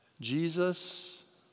Jesus